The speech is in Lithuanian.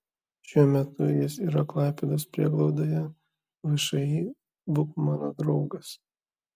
šiuo metu jis yra klaipėdos prieglaudoje všį būk mano draugas